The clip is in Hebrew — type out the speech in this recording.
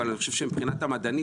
אבל אני חושב שמבחינת המדענית,